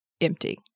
empty